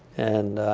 and